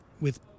with-